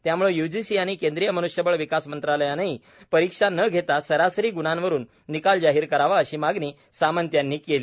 त्याम्ळे य्जीसी आणि केंद्रीय मन्ष्यबळ विकास मंत्रालयानही परिक्षा न घेता सरासरी ग्णांवरून निकाल जाहीर करावा अशी मागणी सामंत यांनी केली